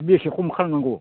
बेसे खम खालामनांगौ